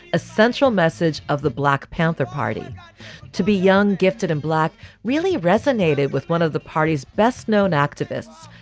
a central message of the black panther party to be young, gifted and black really resonated with one of the party's best known activists,